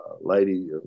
lady